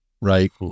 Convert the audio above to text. Right